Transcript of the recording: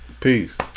peace